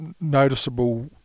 noticeable